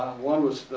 one was,